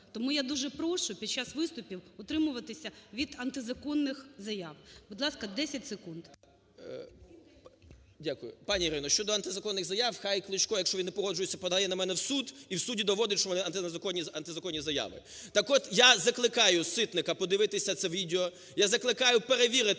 Тому я дуже прошу під час виступів утримуватися від антизаконних заяв. Будь ласка, 10 секунд. ЛЕВЧЕНКО Ю.В. Дякую. Пані Ірина, щодо антизаконних заяв, хай Кличко, якщо він не погоджується, подає на мене в суд і у суді доводить, що у мене антизаконні заяви. Так от я закликаю Ситника подивитися це відео, я закликаю перевірити…